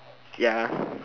ya